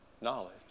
knowledge